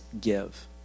give